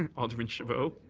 and alderman chabot?